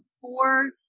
four